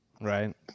right